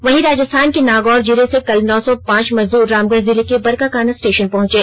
वहीं राजस्थान के नागौर जिले से कल नौ सौ पांच मजदूर कल रामगढ़ जिले के बरकाकाना स्टेषन पहंचे